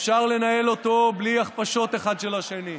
אפשר לנהל אותו בלי הכפשות אחד של השני.